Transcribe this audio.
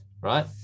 right